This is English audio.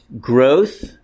growth